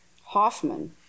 Hoffman